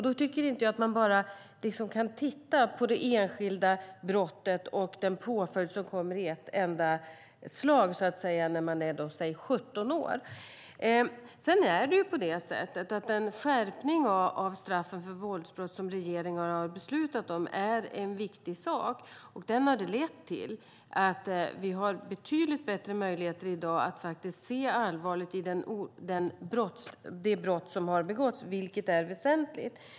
Då tycker inte jag att man bara kan titta på det enskilda brottet och den påföljd som kommer i ett enda slag för den som är till exempel 17 år. Den skärpning av straffen för våldsbrott som regeringen har beslutat om är en viktig sak, och den har lett till att vi i dag har betydligt bättre möjligheter att se allvaret i det brott som har begåtts, vilket är väsentligt.